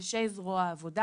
אנשי זרוע העבודה